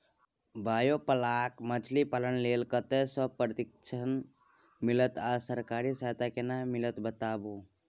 Biofloc मछलीपालन लेल कतय स प्रशिक्षण मिलत आ सरकारी सहायता केना मिलत बताबू?